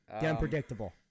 unpredictable